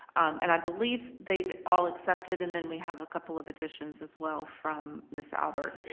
and i believe they've all accepted and then we have a couple of additions as well from ms. albert.